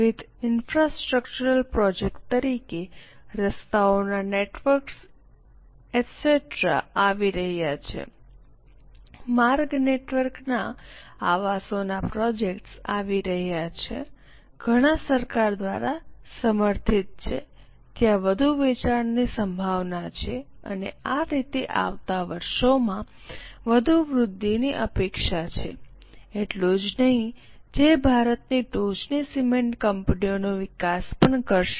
વિવિધ infrastructural projects તરીકેરસ્તાઓનું માળખું વગેરે આવી રહ્યા છે માર્ગ નેટવર્કનાં આવાસોનાં પ્રોજેક્ટ્સ આવી રહ્યા છે ઘણા સરકાર દ્વારા સમર્થિત છે ત્યાં વધુ વેચાણની સંભાવના છે અને આ રીતે આવતા વર્ષોમાં વધુ વૃદ્ધિની અપેક્ષા છે એટલું જ નહીં જે ભારતની ટોચની સિમેન્ટ કંપનીઓનો વિકાસ પણ કરશે